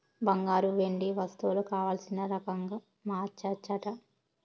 బంగారు, వెండి వస్తువులు కావల్సిన రకంగా మార్చచ్చట